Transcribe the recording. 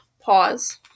Pause